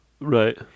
Right